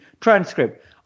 transcript